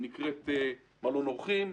התוכנית נקראת מלון אורחים,